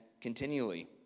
continually